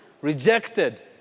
rejected